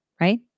right